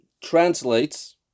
translates